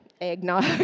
eggnog